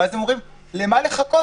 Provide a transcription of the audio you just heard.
ואז אומרים: למה לחכות?